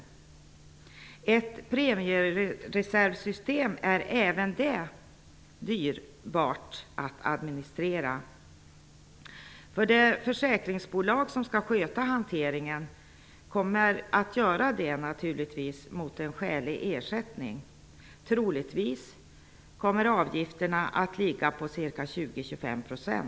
Även ett premiereservsystem är dyrt att administrera. Det försäkringsbolag som skall sköta hanteringen kommer naturligtvis att göra detta mot skälig ersättning. Troligtvis kommer avgifterna att ligga på ca 20--25 %.